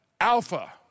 Alpha